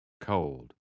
Cold